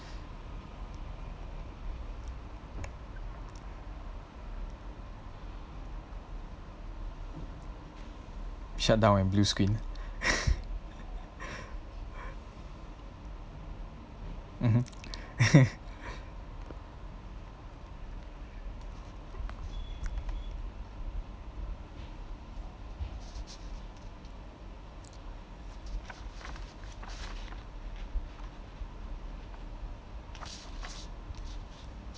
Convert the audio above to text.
shut down and blue screen (uh huh)